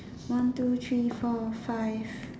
one two three four five